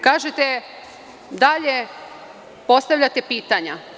Kažete dalje, postavljate pitanja.